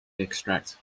extract